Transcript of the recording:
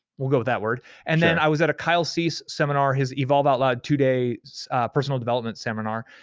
we'll go with that word, and then i was at a kyle cease seminar, his evolve out loud two-day personal development seminar,